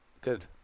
Good